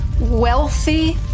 wealthy